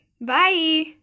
Bye